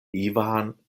ivan